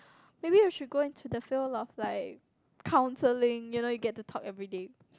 maybe you should go into the field of like counselling you know you get to talk everyday